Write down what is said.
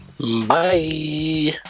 Bye